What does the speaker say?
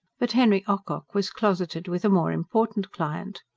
but henry ocock was closeted with a more important client.